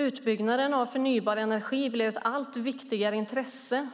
Utbyggnaden av förnybar energi blir ett allt viktigare intresse